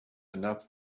enough